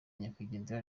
nyakwigendera